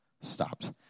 stopped